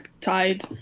tied